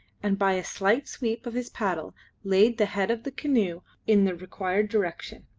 and by a slight sweep of his paddle laid the head of the canoe in the required direction.